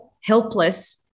helpless